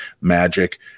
magic